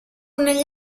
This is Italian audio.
negli